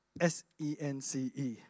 S-E-N-C-E